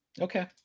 Okay